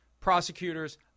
prosecutors